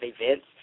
events